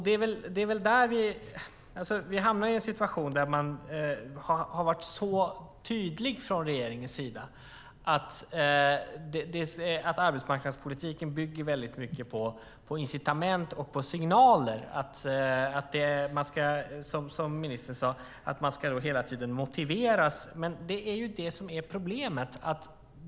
Man har från regeringens sida varit tydlig med att arbetsmarknadspolitiken väldigt mycket bygger på incitament och signaler. Man ska, som ministern sade, hela tiden motiveras. Det är det som är problemet.